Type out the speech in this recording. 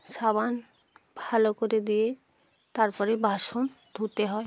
সাবান ভালো করে দিয়ে তারপরে বাসন ধুতে হয়